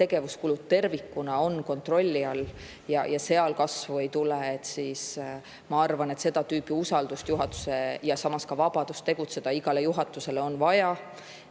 tegevuskulud tervikuna on kontrolli all ja seal kasvu ei tule. Ma arvan, et seda tüüpi usaldust juhatuse vastu ja samas ka vabadust tegutseda on igale juhatusele vaja.